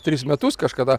tris metus kažkada